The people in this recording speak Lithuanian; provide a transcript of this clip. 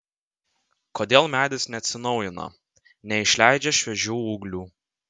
kodėl medis neatsinaujina neišleidžia šviežių ūglių